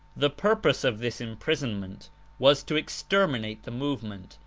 the purpose of this imprisonment was to exter minate the movement,